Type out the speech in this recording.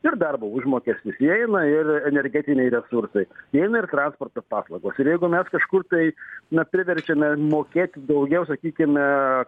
ir darbo užmokestis įeina ir energetiniai resursai įeina ir transporto paslaugos ir jeigu mes kažkur tai na priverčiame mokėti daugiau sakykime